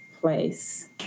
place